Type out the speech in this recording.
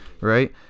Right